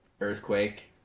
Earthquake